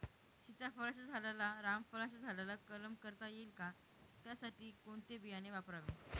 सीताफळाच्या झाडाला रामफळाच्या झाडाचा कलम करता येईल का, त्यासाठी कोणते बियाणे वापरावे?